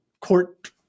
court